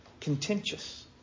contentious